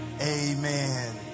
amen